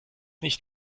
nicht